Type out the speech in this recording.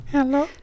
Hello